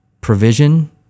provision